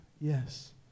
yes